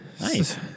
Nice